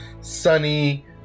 sunny